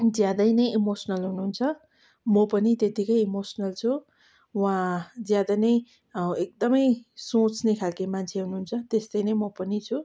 ज्यादै नै इमोसनल हुनुहुन्छ म पनि त्यतिकै इमोसनल छु उहाँ ज्यादा नै एकदमै सोच्ने खालको मान्छे हुनुहुन्छ त्यस्तै नै म पनि छु